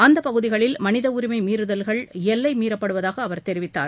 அந்தப் பகுதிகளில் மனித உரிமை மீறுதல்கள் எல்லை மீறப்படுவதாக அவர் தெரிவித்தார்